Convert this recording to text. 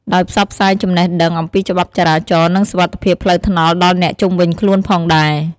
ដោយផ្សព្វផ្សាយចំណេះដឹង អំពីច្បាប់ចរាចរណ៍ និងសុវត្ថិភាពផ្លូវថ្នល់ដល់អ្នកជុំវិញខ្លួនផងដែរ។